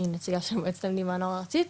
אני נציגה של מועצת התלמידים והנוער הארצית,